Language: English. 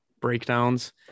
breakdowns